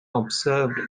observed